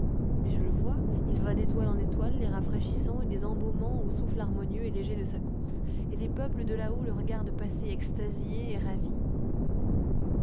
mais je le vois il va d'étoile en étoile les rafraîchissant et les embaumant au souffle harmonieux et léger de sa course et les peuples de là-haut le regardent passer extasiés et ravis